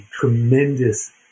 tremendous